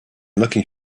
looking